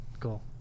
Cool